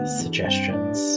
suggestions